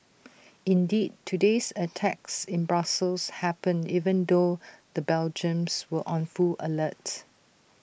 indeed today's attacks in Brussels happened even though the Belgians were on full alert